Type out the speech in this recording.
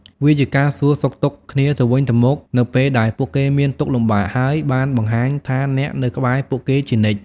វាជាការសួរសុខទុក្ខគ្នាទៅវិញទៅមកនៅពេលដែលពួកគេមានទុក្ខលំបាក ហើយបានបង្ហាញថាអ្នកនៅក្បែរពួកគេជានិច្ច។